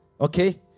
Okay